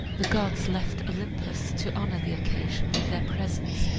the gods left olympus to honor the occasion with their presence,